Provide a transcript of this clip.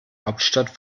hauptstadt